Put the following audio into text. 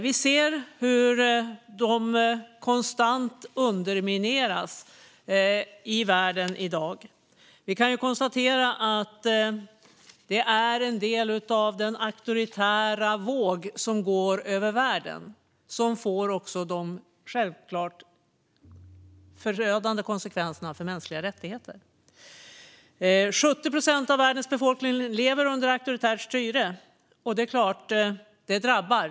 Vi ser hur de konstant undermineras i världen i dag. Den auktoritära våg som går över världen får självklart förödande konsekvenser för mänskliga rättigheter. 70 procent av världens befolkning lever under auktoritärt styre, och det är klart att det drabbar.